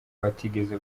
batigeze